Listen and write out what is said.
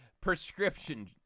Prescription